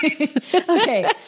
Okay